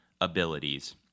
abilities